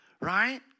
right